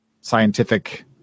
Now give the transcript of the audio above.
scientific